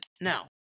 Now